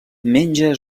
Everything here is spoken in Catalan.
menja